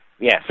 Yes